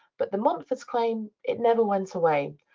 but the montforts' claim, it never went away.